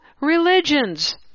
religions